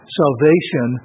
salvation